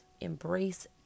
Embrace